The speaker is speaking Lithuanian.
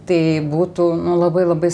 tai būtų labai labai